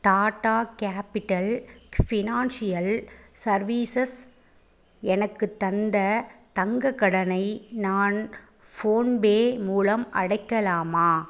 Tata Capital Financial Services எனக்குத் தந்த தங்கக் கடனை நான் ஃபோன் பே மூலம் அடைக்கலாமா